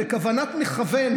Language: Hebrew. בכוונת מכוון,